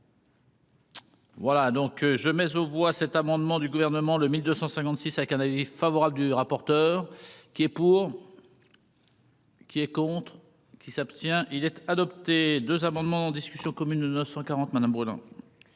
Voilà donc je mais voit cet amendement du gouvernement le 1256 à favorable du rapporteur. Qui est pour, qui est contre. Qui s'abstient-il être adopté 2 amendements en discussion commune 940 madame brûlant.